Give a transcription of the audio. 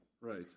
Right